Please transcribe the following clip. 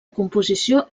composició